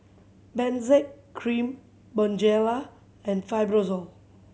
Benzac Cream Bonjela and Fibrosol